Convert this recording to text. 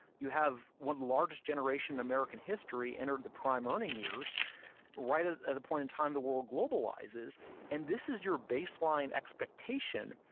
you have one large generation in american history enter the prime earning years right ah at the point in time the world globalizes and this is your baseline expectation.